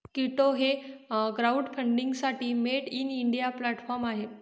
कीटो हे क्राउडफंडिंगसाठी made in India platform आहे